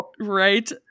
right